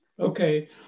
Okay